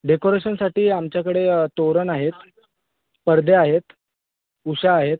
डेकोरेशनसाठी आमच्याकडे तोरण आहेत पडदे आहेत उशा आहेत